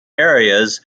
areas